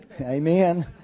Amen